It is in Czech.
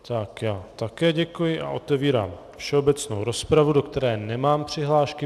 Tak já také děkuji a otevírám všeobecnou rozpravu, do které nemám přihlášky.